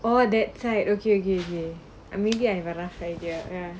or that side okay okay K ah maybe I have a rough idea eh